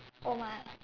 my